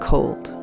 Cold